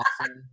awesome